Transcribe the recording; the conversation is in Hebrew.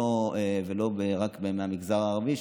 ולא רק מהמגזר הערבי.